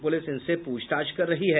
police उनसे पूछताछ कर रही है